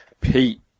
Pete